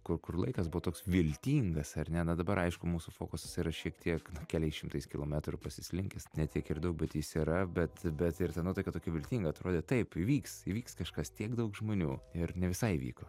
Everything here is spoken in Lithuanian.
kur kur laikas buvo toks viltingas ar ne na dabar aišku mūsų fokusas yra šiek tiek keliais šimtais kilometrų pasislinkęs ne tiek ir daug bet jis yra bet bet ir ta nuotaika tokia viltinga atrodė taip įvyks įvyks kažkas tiek daug žmonių ir ne visai įvyko